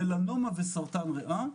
מלנומה וסרטן ריאה,